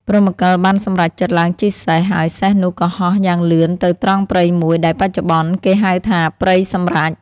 ព្រហ្មកិលបានសម្រេចចិត្តឡើងជិះសេះ ហើយសេះនោះក៏ហោះយ៉ាងលឿនទៅត្រង់ព្រៃមួយ ដែលបច្ចុប្បន្នគេហៅថា ព្រៃសម្រេច ។